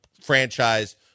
franchise